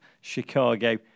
Chicago